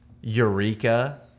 Eureka